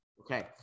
Okay